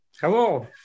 Hello